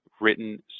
written